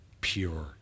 pure